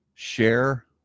share